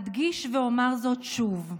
אדגיש ואומר זאת שוב: